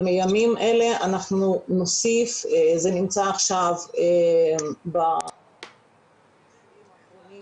בימים אלה אנחנו נוסיף זה נמצא עכשיו באישורים האחרונים